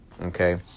Okay